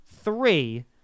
Three